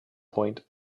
point